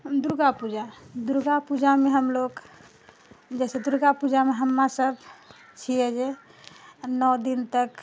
दुर्गा पूजा दुर्गा पूजामे हम लोग जैसे दुर्गा पूजामे हमरासभ छियै जे नओ दिन तक